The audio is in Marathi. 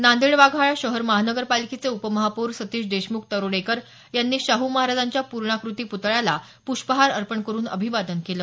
नांदेड वाघाळा शहर महापालिकेचे उपमहापौर सतिश देशमुख तरोडेकर यांनी शाहू महाराजांच्या पुर्णाकृती पुतळ्याला पुष्पहार घालून अभिवादन केलं